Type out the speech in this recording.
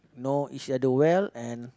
know each other well and